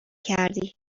کردی